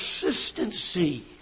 consistency